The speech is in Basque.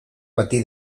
bati